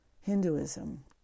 Hinduism